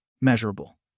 measurable